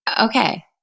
Okay